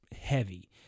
heavy